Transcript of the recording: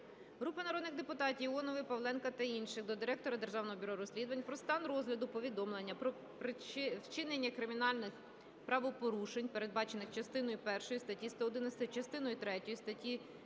Групи народних депутатів (Іонової, Павленка та інших) до Директора Державного бюро розслідувань про стан розгляду повідомлення про вчинення кримінальних правопорушень, передбачених частиною першою статті 111, частиною третьою